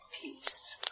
peace